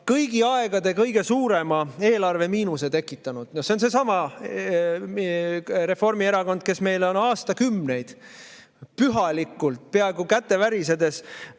kõigi aegade kõige suurema eelarvemiinuse tekitanud. See on seesama Reformierakond, kes meile on aastakümneid pühalikult, peaaegu käte värisedes